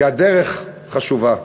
כי הדרך חשובה.